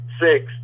six